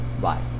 Bye